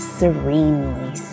serenely